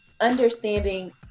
understanding